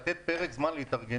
צריך לתת פרק זמן להתארגנות.